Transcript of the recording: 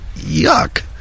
yuck